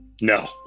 no